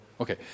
Okay